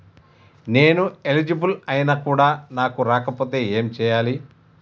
నేను ఎలిజిబుల్ ఐనా కూడా నాకు రాకపోతే ఏం చేయాలి?